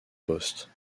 poste